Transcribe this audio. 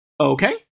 Okay